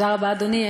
תודה רבה, אדוני.